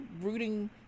rooting